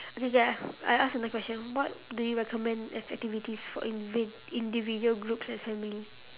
okay K I I ask another question what do you recommend as activities for indiv~ individual groups and family